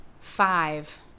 five